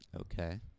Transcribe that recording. Okay